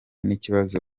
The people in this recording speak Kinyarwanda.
n’ikibazo